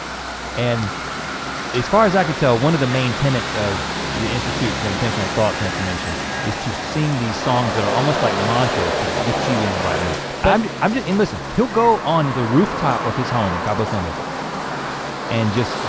and as far as i can tell, one of the main tenants of the institute for intentional thought transformation is to sing these songs that are almost like mantras to get you in the right mood. i mean um and listen, he'll go on the rooftop of his home in cabo san lucas and just,